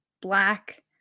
Black